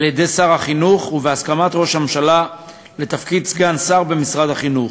על-ידי שר החינוך ובהסכמת ראש הממשלה לתפקיד סגן שר במשרד החינוך.